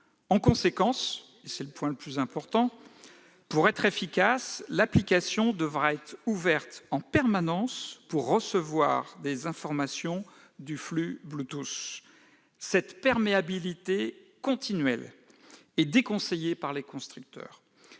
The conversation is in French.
important, pour être efficace, l'application devra être ouverte en permanence pour recevoir des informations du flux Bluetooth. Cette perméabilité continuelle est déconseillée par les constructeurs,